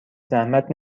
زحمت